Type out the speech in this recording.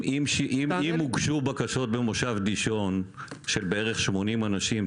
אם הוגשו בקשות במושב דישון של בערך 80 אנשים,